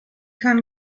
can